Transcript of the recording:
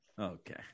Okay